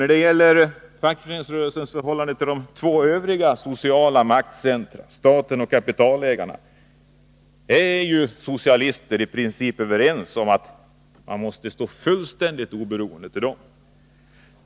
När det gäller fackföreningsrörelsens förhållande till de två övriga sociala maktcentra— staten och kapitalägarna — är socialister i princip överens om att ett fullständigt oberoende skall råda.